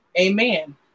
Amen